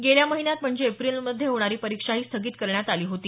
गेल्या महिन्यात म्हणजे एप्रिलमध्ये होणारी परीक्षाही स्थगित करण्यात आली होती